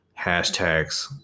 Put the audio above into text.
hashtags